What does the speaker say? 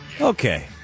Okay